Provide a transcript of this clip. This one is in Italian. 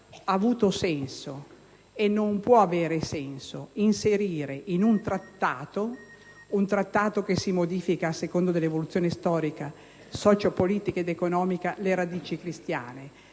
avuto senso, e non può averlo, inserire in un trattato, che si modifica a seconda della evoluzione storica, socio-politica ed economica, le radici cristiane,